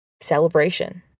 celebration